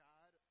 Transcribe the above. God